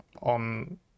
on